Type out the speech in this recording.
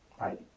right